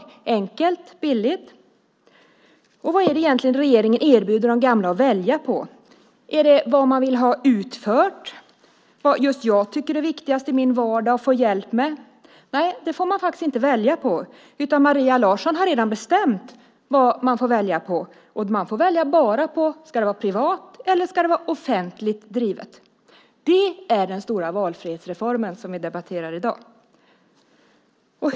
Det skulle bli enkelt och billigt. Vad är det som regeringen egentligen erbjuder de gamla att välja på? Är det vad man vill ha utfört eller vad just personen i fråga tycker att det är viktigast att i sin vardag få hjälp med? Nej, det får man inte välja mellan. Maria Larsson har redan bestämt vad man får välja mellan. Man får bara välja mellan om det ska vara privat eller om det ska vara offentligt drivet. Det är den stora valfrihetsreform som vi i dag debatterar.